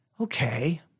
okay